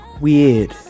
Weird